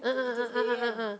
ah ah ah ah ah ah ah